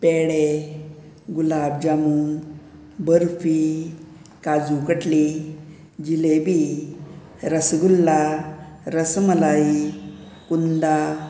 पेडे गुलाब जामून बर्फी काजू कटली जिलेबी रसगुल्ला रसमलाई कुंदा